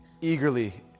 eagerly